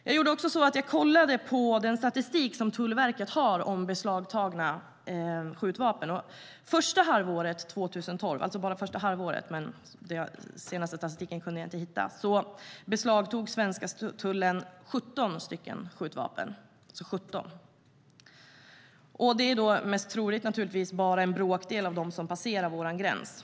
Jag gjorde också så att jag kollade den statistik som Tullverket har över beslagtagna skjutvapen. Första halvåret 2012 - alltså bara första halvåret, den senaste statistiken kunde jag inte hitta - beslagtog den svenska tullen 17 skjutvapen. Det är naturligtvis mest troligt att det bara är en bråkdel av de vapen som passerar vår gräns.